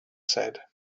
said